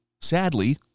sadly